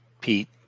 pete